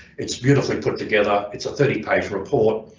it's beautifully put together it's a thirty page report